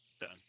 Done